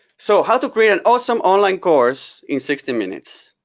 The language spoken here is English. so, how to create an awesome online course in sixty minutes.